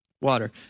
water